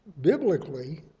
Biblically